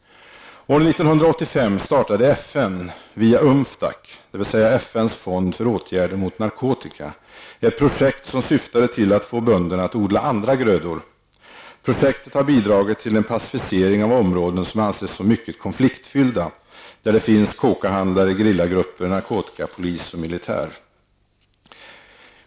År 1985 startade FN via UNFDAC, FNs fond för åtgärder mot narkotika, ett projekt som syftade till att få bönderna att odla andra grödor. Projektet har bidragit till en pacificering av områden som anses som mycket konfliktfyllda. Där finns kokahandlare, gerillagrupper, narkotikapolis och militär.